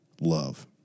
love